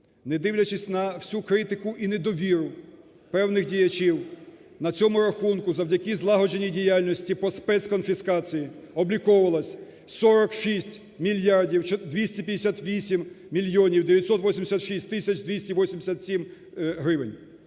недивлячись на всю критику і недовіру певних діячів, на цьому рахунку завдяки злагодженій діяльності по спецконфіскації обліковувалось 46 мільярдів 258 мільйонів 986 тисяч 287 гривень.